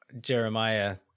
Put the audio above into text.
jeremiah